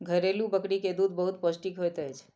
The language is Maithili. घरेलु बकरी के दूध बहुत पौष्टिक होइत अछि